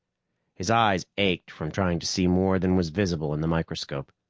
his eyes ached from trying to see more than was visible in the microscope.